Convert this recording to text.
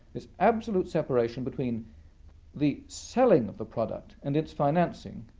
this absolute separation between the selling of the product and its financing,